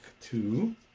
two